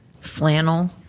Flannel